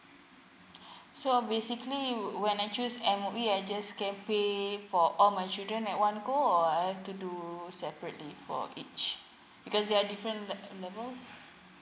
so basically when I choose M_O_E I just can pay for all my children at one go or I have to do separately for each because they're different le~ levels